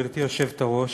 גברתי היושבת-ראש,